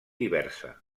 diversa